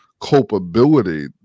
culpability